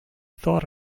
thought